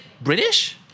British